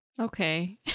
Okay